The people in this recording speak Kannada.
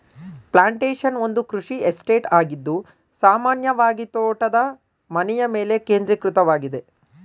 ಪ್ಲಾಂಟೇಶನ್ ಒಂದು ಕೃಷಿ ಎಸ್ಟೇಟ್ ಆಗಿದ್ದು ಸಾಮಾನ್ಯವಾಗಿತೋಟದ ಮನೆಯಮೇಲೆ ಕೇಂದ್ರೀಕೃತವಾಗಿದೆ